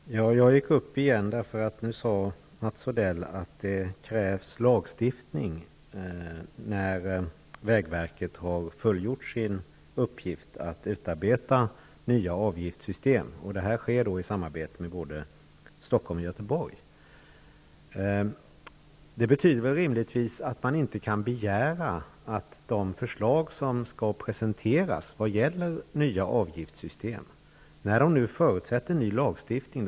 Fru talman! Jag har gått upp i debatten igen eftersom Mats Odell sade att det krävs lagstiftning när vägverket har fullgjort sin uppgift att utarbeta nya avgiftssystem. Det sker i samarbete med företrädare för både Stockholm och Göteborg. Om dessa nya avgiftssystem förutsätter ny lagstiftning, ankommer det på denna riksdag att fatta beslut om en sådan.